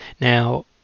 Now